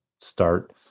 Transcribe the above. start